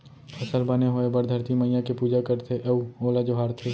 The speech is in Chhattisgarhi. फसल बने होए बर धरती मईया के पूजा करथे अउ ओला जोहारथे